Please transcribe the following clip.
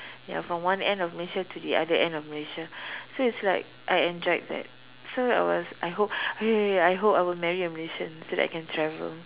ya from one end of Malaysia to the other end of Malaysia so it's like I enjoyed that so I was I hope I I hope I will marry a Malaysian so that I can travel